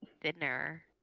thinner